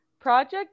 Project